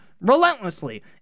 relentlessly